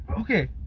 Okay